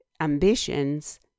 Ambitions